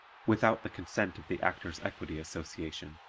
without the consent of the actors' equity association.